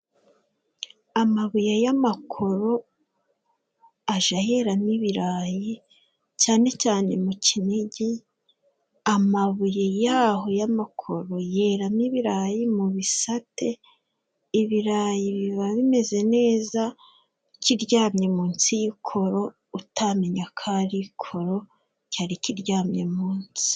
Amabuye y'amakoro ajya yeramo ibirayi, cyane cyane mu Kinigi, amabuye ya ho y'amakoro yeramo ibirayi, mu bisate ibirayi biba bimeze neza, kiryamye munsi y'koro, utamenya ko ari ikoro cyari kiryamye mu nsi.